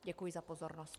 Děkuji za pozornost.